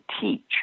teach